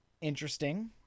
interesting